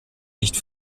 nicht